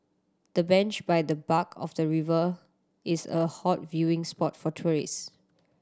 the bench by the bark of the river is a hot viewing spot for tourists